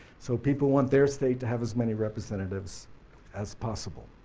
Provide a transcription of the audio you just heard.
so people want their state to have as many representatives as possible.